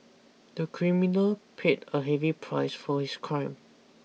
the criminal paid a heavy price for his crime